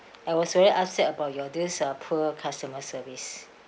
I was very upset about your this uh poor customer service